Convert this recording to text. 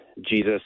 Jesus